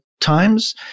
times